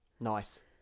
Nice